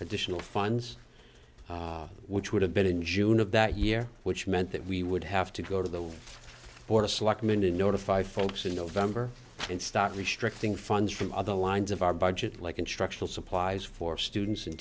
additional funds which would have been in june of that year which meant that we would have to go to the board of selectmen to notify folks in november and start restricting funds from other lines of our budget like instructional supplies for students and